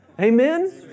Amen